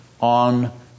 on